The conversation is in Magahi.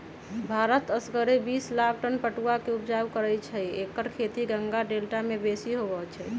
भारत असगरे बिस लाख टन पटुआ के ऊपजा करै छै एकर खेती गंगा डेल्टा में बेशी होइ छइ